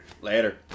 Later